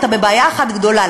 אתה בבעיה אחת גדולה.